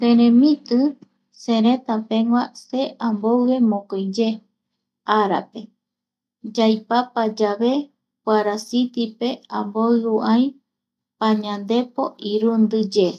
Seremiti seretapegua se amboue mokoiye arape yaipapa yave kuarasitipe amboiu ai pañandepo irundi ye